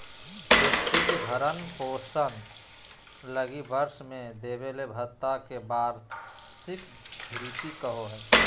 व्यक्ति के भरण पोषण लगी वर्ष में देबले भत्ता के वार्षिक भृति कहो हइ